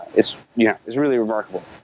is yeah is really remarkable.